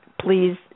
please